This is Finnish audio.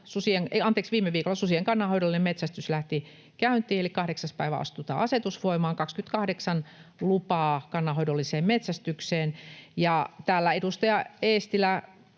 viime viikolla susien kannanhoidollinen metsästys lähti käyntiin, eli 8. päivä astui tämä asetus voimaan: 28 lupaa kannanhoidolliseen metsästykseen. Täällä edustaja Eestilä